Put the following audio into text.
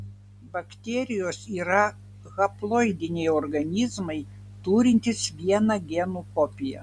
bakterijos yra haploidiniai organizmai turintys vieną genų kopiją